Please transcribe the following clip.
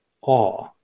awe